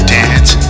dance